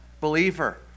believer